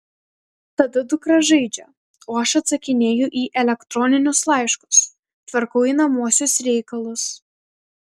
tada dukra žaidžia o aš atsakinėju į elektroninius laiškus tvarkau einamuosius reikalus